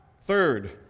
Third